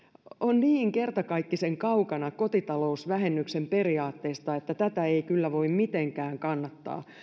niin kertakaikkisen kaukana kotitalousvähennyksen periaatteista että tätä ei kyllä voi mitenkään kannattaa